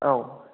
औ